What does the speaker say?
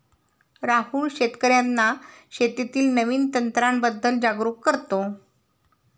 राहुल शेतकर्यांना शेतीतील नवीन तंत्रांबद्दल जागरूक करतो